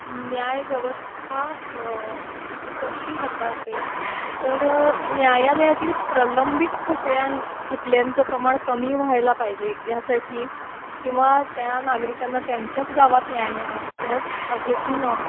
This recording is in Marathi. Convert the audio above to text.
न्यायव्यवस्था कशी हाताळते तर न्यायालयातील प्रलंबित खटळ्यां खटल्यांचं प्रमाण कमी व्हायला पाहिजे ह्यासाठी किंवा त्या नागरिकांना त्यांच्याच गावात न्याय मिळावा ह्याच हेतूनं